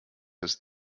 ist